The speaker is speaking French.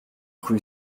rue